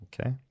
Okay